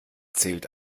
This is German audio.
zählt